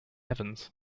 evans